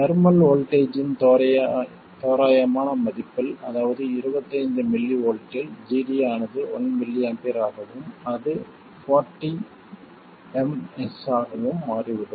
thermal வோல்ட்டேஜ்ஜின் தோராயமான மதிப்பில் அதாவது 25mV இல் gD ஆனது 1mA ஆகவும் அது 40mS ஆகவும் மாறிவிடும்